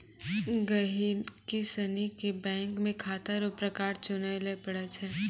गहिकी सनी के बैंक मे खाता रो प्रकार चुनय लै पड़ै छै